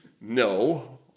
No